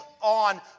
on